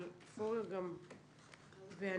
אבל פורר ואני,